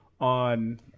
on